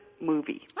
movie